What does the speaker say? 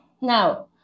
Now